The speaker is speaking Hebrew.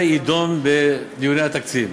זה יידון בדיוני התקציב.